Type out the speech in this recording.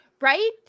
Right